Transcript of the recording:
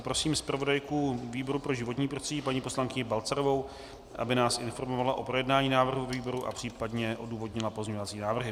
Prosím zpravodajku výboru pro životní prostředí paní poslankyni Balcarovou, aby nás informovala o projednání návrhu ve výboru a případně odůvodnila pozměňovací návrhy.